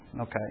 Okay